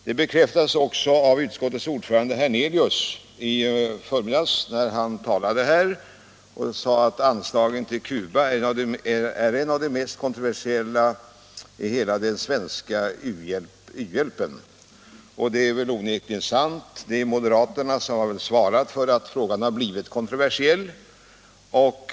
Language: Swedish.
Detta bekräftades också av utskottets ordförande herr Hernelius i förmiddags, när han sade att anslagen till Cuba är en av de mest kontroversiella delarna i hela den svenska u-hjälpen. Det är onekligen sant; det är moderaterna som har svarat för att frågan har blivit kontroversiell.